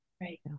Right